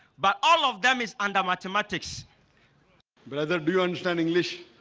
but all of them is under mathematics brother, do you understand english?